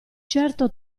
certo